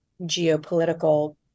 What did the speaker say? geopolitical